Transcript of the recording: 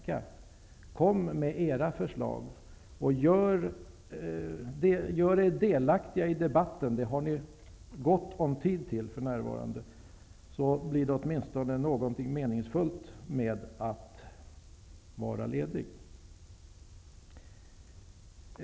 Kom med era förslag och gör er delaktiga i debatten! Det har ni gott om tid till för närvarande, och så blir det åtminstone något meningsfullt med att vara ledig.